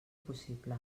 possible